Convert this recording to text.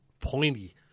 pointy